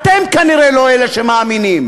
אתם כנראה לא אלה שמאמינים.